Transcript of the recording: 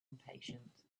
impatient